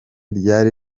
ryari